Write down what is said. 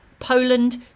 Poland